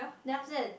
then after that